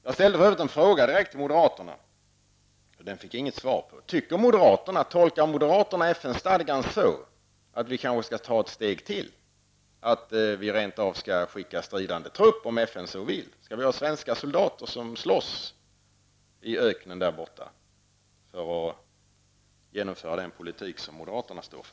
Jag ställde en fråga till moderaterna, och den fick jag inget svar på: Tolkar moderaterna FN-stadgan så att vi kanske skall ta ett steg till, att vi rent av skall skicka stridande trupp, om FN så vill? Skall svenska soldater slåss i öknen där borta, för att genomföra den politik som moderaterna står för?